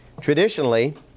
Traditionally